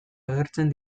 agertzen